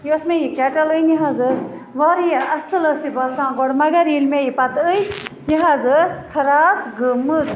یۄس مےٚ یہِ کٮ۪ٹٕل أنۍ یہِ حظ ٲسۍ وارِیاہ اَصٕل ٲسۍ یہِ بَسان گۄڈٕ مگر ییٚلہِ مےٚ یہِ پتہٕ أنۍ یہِ حظ ٲسۍ خراب گٔمٕژ